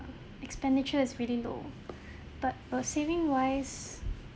expenditure is really low but for saving wise